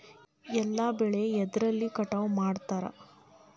ಎಲ್ಲ ಬೆಳೆ ಎದ್ರಲೆ ಕಟಾವು ಮಾಡ್ತಾರ್?